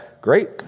great